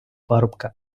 парубка